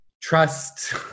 trust